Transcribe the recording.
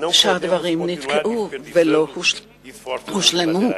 שהדברים נתקעו ולא הושלמו.